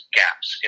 gaps